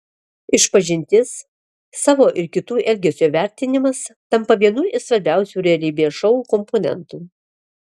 išpažintis savo ir kitų elgesio vertinimas tampa vienu iš svarbiausių realybės šou komponentų